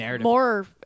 more